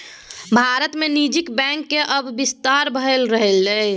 भारत मे निजी बैंकक आब बिस्तार भए रहलैए